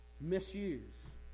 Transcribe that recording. misuse